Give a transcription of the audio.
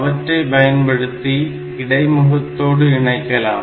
அவற்றை பயன்படுத்தி இடைமுகத்தோடு இணைக்கலாம்